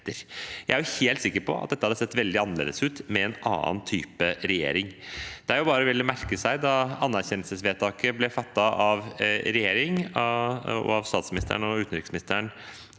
Jeg er helt sikker på at dette hadde sett veldig annerledes ut med en annen type regjering. Det er bare å merke seg at da anerkjennelsesvedtaket ble fattet av regjeringen, og statsministeren og utenriksministeren